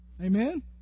Amen